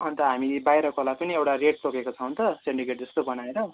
अन्त हामी बाहिरकोलाई पनि एउटा रेट तोकेको छौँ त सेन्डिकेट जस्तो बनाएर